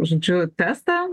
žodžiu testą